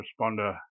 responder